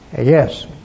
Yes